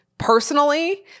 personally